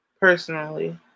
personally